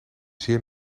zeer